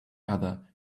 other